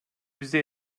bizi